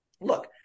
look